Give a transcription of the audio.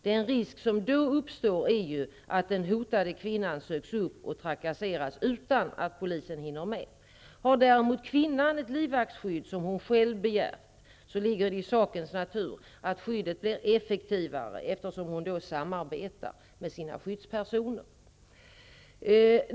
Den risk som då uppstår är att den hotade kvinnan söks upp och trakasseras utan att polisen hinner med. Har däremot kvinnan ett livvaktsskydd som hon själv begärt ligger det i sakens natur att skyddet blir effektivare, eftersom hon då samarbetar med sina skyddspersoner.